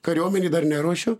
kariuomenei dar neruošiu